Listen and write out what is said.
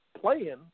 playing